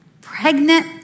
pregnant